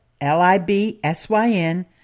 L-I-B-S-Y-N